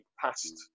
past